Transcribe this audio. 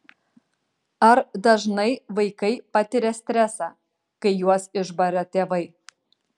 ar dažnai vaikai patiria stresą kai juos išbara tėvai